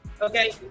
okay